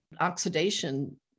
Oxidation